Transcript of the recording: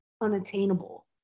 unattainable